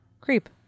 creep